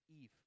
Eve